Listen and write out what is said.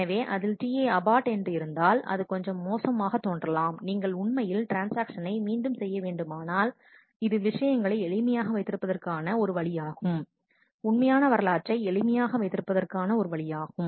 எனவே அதில் Ti abort என்று இருந்தால் அது கொஞ்சம் மோசமாகத் தோன்றலாம் நீங்கள் உண்மையில் ட்ரான்ஸ்ஆக்ஷனை மீண்டும் செய்ய வேண்டுமானால் இது விஷயங்களை எளிமையாக வைத்திருப்பதற்கான ஒரு வழியாகும் உண்மையான வரலாற்றைக் கண்டுபிடிக்க முடியும்